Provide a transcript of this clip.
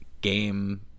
game